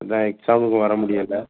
அதுதான் எக்ஸாமுக்கு வர முடியலை